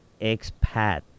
expat